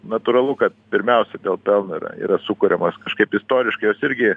natūralu kad pirmiausia dėl pelno yra yra sukuriamos kažkaip istoriškai jos irgi